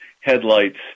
headlights